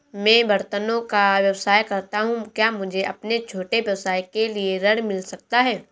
मैं बर्तनों का व्यवसाय करता हूँ क्या मुझे अपने छोटे व्यवसाय के लिए ऋण मिल सकता है?